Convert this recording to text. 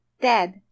dead